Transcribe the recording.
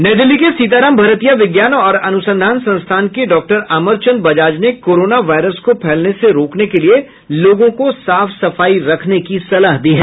नई दिल्ली के सीताराम भरतिया विज्ञान और अनुसंधान संस्थान के डॉक्टर अमरचंद बजाज ने कोरोना वायरस को फैलने से रोकने के लिए लोगों को साफ सफाई रखने की सलाह दी है